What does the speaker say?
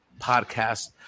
podcast